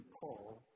Paul